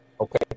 Okay